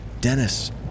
Dennis